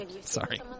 Sorry